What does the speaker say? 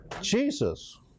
Jesus